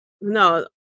no